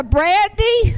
Brandy